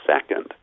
second